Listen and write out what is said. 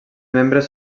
membres